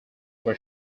were